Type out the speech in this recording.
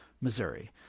Missouri